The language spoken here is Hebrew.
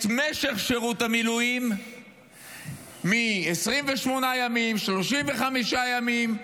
את משך שירות המילואים מ-28 ימים, 35 ימים,